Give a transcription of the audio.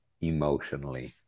emotionally